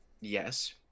Yes